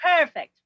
perfect